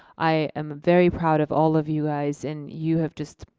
i am very proud of all of you guys and you have just